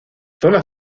zona